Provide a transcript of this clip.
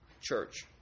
church